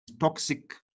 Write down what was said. toxic